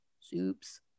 soups